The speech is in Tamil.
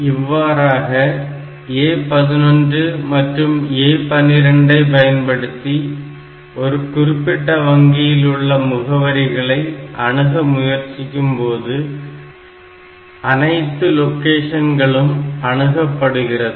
இவ்வாறாக A11 மற்றும் A12 ஐ பயன்படுத்தி ஒரு குறிப்பிட்ட வங்கியில் உள்ள முகவரிகளை அணுக முயற்சிக்கும்போது அனைத்து லொகேஷன்களும் அணுகப்படுகிறது